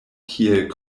kiel